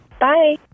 Bye